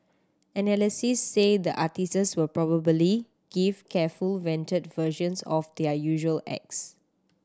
analysts say the artists will probably give careful vetted versions of their usual acts